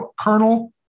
Colonel